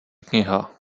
kniha